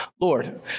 Lord